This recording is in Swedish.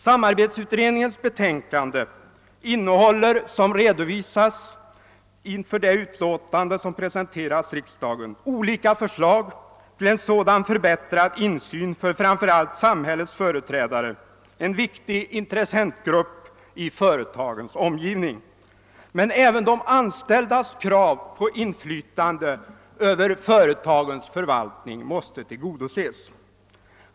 Samarbetsutredningens betänkande innehåller, såsom redovisats i det utlåtande som presenterats riksdagen, olika förslag till en sådan förbättrad insyn framför allt för samhällets företrädare vilka är en viktig intressentgrupp i företagens omgivning. Men även de anställdas krav på inflytande över företagens förvaltning måste tillgodoses.